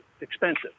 expensive